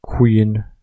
Queen